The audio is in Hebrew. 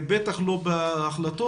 בטח לא בהחלטות,